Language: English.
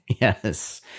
Yes